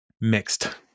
mixed